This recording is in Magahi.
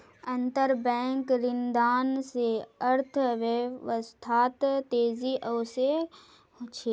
अंतरबैंक ऋणदान स अर्थव्यवस्थात तेजी ओसे छेक